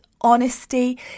honesty